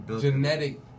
genetic